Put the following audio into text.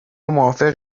موافق